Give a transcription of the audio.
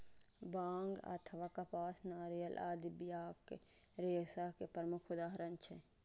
बांग अथवा कपास, नारियल आदि बियाक रेशा के प्रमुख उदाहरण छियै